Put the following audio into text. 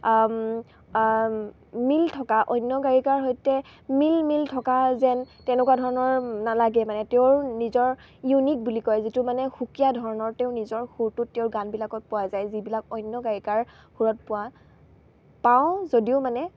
মিল থকা অন্য গায়িকাৰ সৈতে মিল মিল থকা যেন তেনেকুৱা ধৰণৰ নালাগে মানে তেওঁৰ নিজৰ ইউনিক বুলি কয় যিটো মানে সুকীয়া ধৰণৰ তেওঁ নিজৰ সুৰটোত তেওঁৰ গানবিলাকত পোৱা যায় যিবিলাক অন্য গায়িকাৰ সুৰত পোৱা পাওঁ যদিও মানে